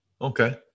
Okay